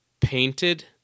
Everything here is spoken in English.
Painted